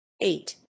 eight